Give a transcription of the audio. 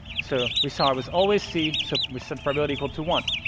so we saw it was always c, so we set the probability equal to one.